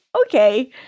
okay